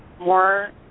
more